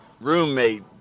roommate